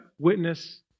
witness